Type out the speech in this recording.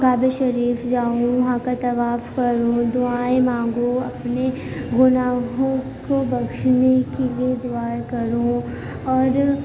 کعبے شریف جاؤں وہاں کا طواف کروں دعائیں مانگوں اپنے گناہوں کو بخشنے کے لیے دعائیں کروں اور